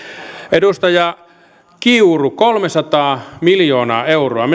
edustaja kiuru kolmesataa miljoonaa euroa